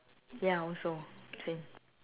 ya also okay